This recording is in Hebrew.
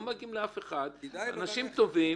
אנשים טובים